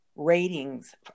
Ratings